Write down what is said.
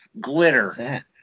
Glitter